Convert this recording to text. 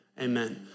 Amen